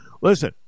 Listen